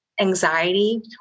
anxiety